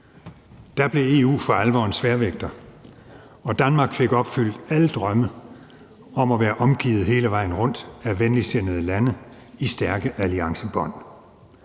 Der blev EU for alvor en sværvægter, og Danmark fik opfyldt alle drømme om at være omgivet hele vejen rundt af venligtsindede lande i stærke alliancebånd.